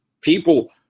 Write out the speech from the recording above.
people